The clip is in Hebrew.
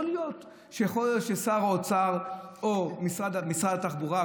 יכול להיות ששר האוצר או משרד התחבורה,